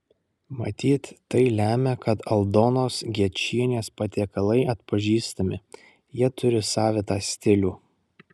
matyt tai lemia kad aldonos gečienės patiekalai atpažįstami jie turi savitą stilių